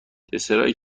دسرایی